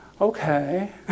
okay